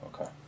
Okay